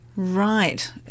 Right